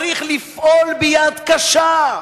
צריך לפעול ביד קשה.